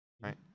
right